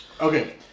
Okay